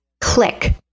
click